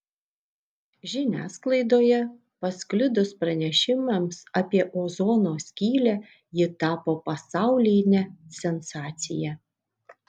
žiniasklaidoje pasklidus pranešimams apie ozono skylę ji tapo pasauline sensacija